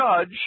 judge